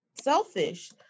selfish